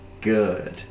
Good